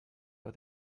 but